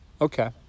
Okay